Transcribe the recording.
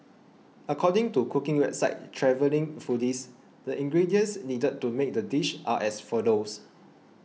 according to cooking website Travelling Foodies the ingredients needed to make the dish are as follows